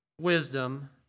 wisdom